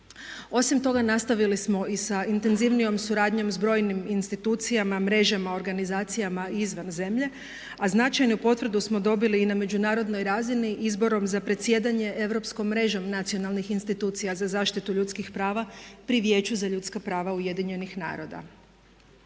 Osim toga nastavili smo i sa intenzivnijom suradnjom s brojnim institucijama mrežama organizacijama izvan zemlje, a značajnu potvrdu smo dobili i na međunarodnoj razini izborom za predsjedanje Europskom mrežom nacionalnih institucija za zaštitu ljudskih prava pri Vijeću za ljudska prava UN-a.